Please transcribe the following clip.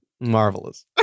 marvelous